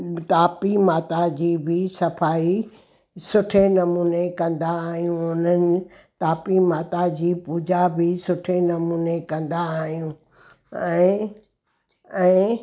तापी माता जी बि सफ़ाई सुठे नमूने कंदा आहियूं उन्हनि तापी माता जी पूजा बि सुठे नमूने कंदा आहियूं ऐं ऐं